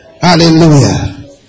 Hallelujah